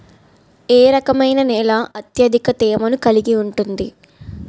ఏ రకమైన నేల అత్యధిక తేమను కలిగి ఉంటుంది?